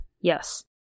yes